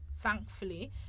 Thankfully